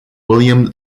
william